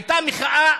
הייתה מחאה